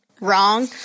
wrong